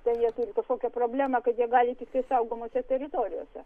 ten jie turi kažkokią problemą kad jie gali tiktai saugomose teritorijose